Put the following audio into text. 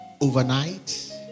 overnight